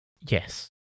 Yes